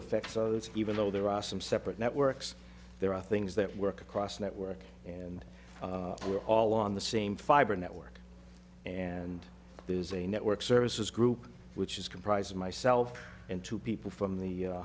affects so that even though there are some separate networks there are things that work across a network and we're all on the same fiber network and there's a network services group which is comprised of myself and two people from the